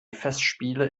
festspiele